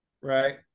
right